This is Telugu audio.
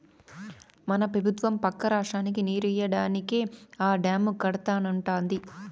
మన పెబుత్వం పక్క రాష్ట్రానికి నీరియ్యడానికే ఆ డాము కడతానంటాంది